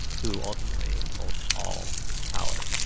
who ultimately holds all power.